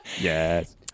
Yes